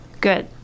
Good